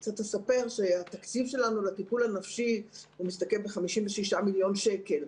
התקציב שלנו לטיפול הנפשי מסתכם ב-56 מיליון שקל.